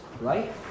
right